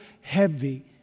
heavy